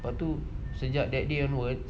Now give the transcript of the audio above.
lepas tu that day onwards